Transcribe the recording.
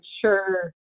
sure